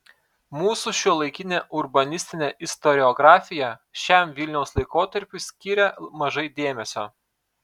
mūsų šiuolaikinė urbanistinė istoriografija šiam vilniaus laikotarpiui skiria mažai dėmesio